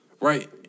Right